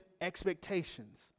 expectations